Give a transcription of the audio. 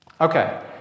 Okay